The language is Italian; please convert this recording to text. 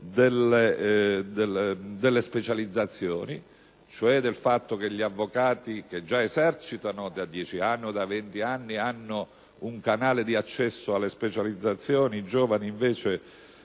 delle specializzazioni: mentre gli avvocati che già esercitano da dieci o venti anni hanno un canale di accesso alle specializzazioni, i giovani, invece,